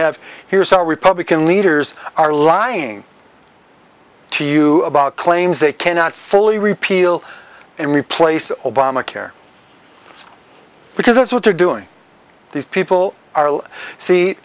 have here is a republican leaders are lying to you about claims they cannot fully repeal and replace obamacare because that's what they're doing these people are see